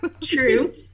True